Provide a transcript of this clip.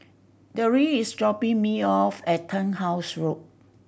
Deirdre is dropping me off at Turnhouse Road